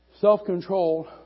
Self-control